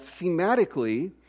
thematically